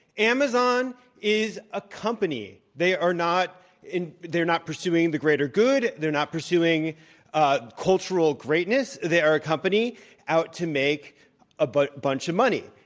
amazon is a company. they are not they are not pursuing the greater good. they're not pursuing ah cultural greatness. they are a company out to make a but bunch of money.